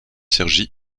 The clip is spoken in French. cergy